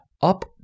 up